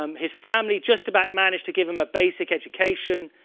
um his family just about managed to give him a basic education.